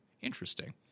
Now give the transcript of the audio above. interesting